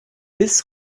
bis